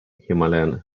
himalayan